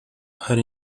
are